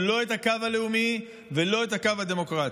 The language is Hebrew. לא את הקו הלאומי ולא את הקו הדמוקרטי.